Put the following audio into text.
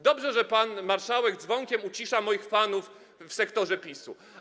Dobrze, że pan marszałek dzwonkiem ucisza moich fanów w sektorze PiS-u.